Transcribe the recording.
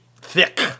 Thick